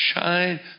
shine